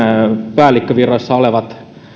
päällikkövirassa olevat